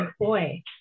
boy